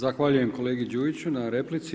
Zahvaljujem kolegi Đujiću na replici.